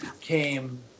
came